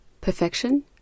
perfection